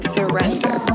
Surrender